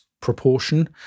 proportion